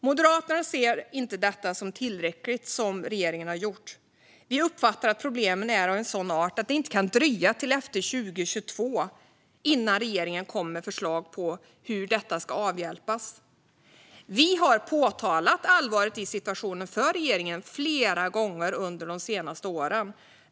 Moderaterna ser inte det som regeringen har gjort som tillräckligt då vi uppfattar att problemen är av en sådan art att det inte kan dröja till efter 2022 innan regeringen kommer med förslag på hur dessa problem ska avhjälpas. Vi har påtalat allvaret i situationen för regeringen flera gånger under de senaste åren.